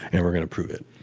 and we're going to prove it.